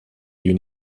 you